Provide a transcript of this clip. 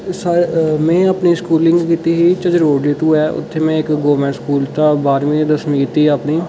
सा मेंअपनी स्कूलिंग कीती ही झज्जर कोटली दा ऐ ते उत्थै में इक गौरमेंट स्कूल चा बाह्रमीं ते दसमीं कीती अपनी